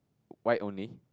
white only